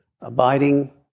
Abiding